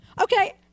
Okay